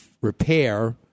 repair